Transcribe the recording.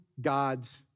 God's